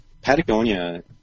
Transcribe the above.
Patagonia